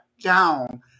down